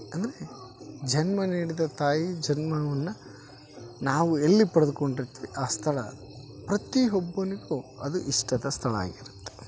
ಅಂದರೆ ಜನ್ಮ ನೀಡಿದ ತಾಯಿ ಜನ್ಮವನ್ನು ನಾವು ಎಲ್ಲಿ ಪಡೆದ್ಕೊಂಡಿರ್ತೀವಿ ಆ ಸ್ಥಳ ಪ್ರತಿ ಒಬ್ಬನಿಗು ಅದು ಇಷ್ಟದ ಸ್ಥಳ ಆಗಿರುತ್ತೆ